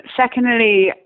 Secondly